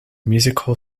musical